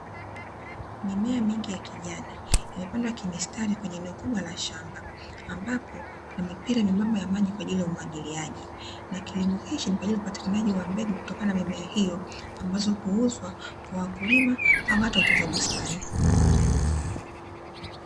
Mimea mingi ya kijani imepandwa kimistari kwenye eneo kubwa la shamba, ambapo kuna mipira myembamba ya maji kwa ajili ya umwagiliaji na kilimo hichi ni kwa ajili ya upatikanaji wa mbegu kutokana na mimea hiyo, ambazo huuzwa kwa wakulima au watu watunza bustani.